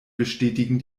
bestätigen